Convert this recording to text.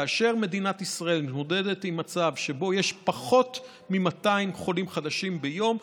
כאשר מדינת ישראל מתמודדת עם מצב שבו יש פחות מ-200 חולים חדשים ביום,